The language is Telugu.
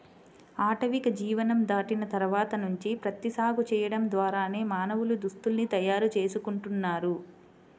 ఆటవిక జీవనం దాటిన తర్వాత నుంచి ప్రత్తి సాగు చేయడం ద్వారానే మానవులు దుస్తుల్ని తయారు చేసుకుంటున్నారు